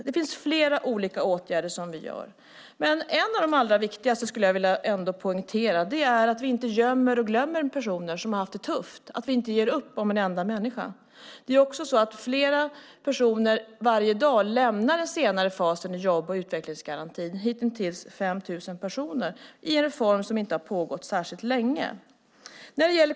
Det finns flera olika åtgärder som vi gör, men en av de allra viktigaste, vill jag ändå poängtera, är att vi inte gömmer och glömmer personer som har haft det tufft. Vi ger inte upp om en enda människa. Flera personer varje dag lämnar också den senare fasen i jobb och utvecklingsgarantin - hittills 5 000 personer och det i en reform som inte har pågått särskilt länge.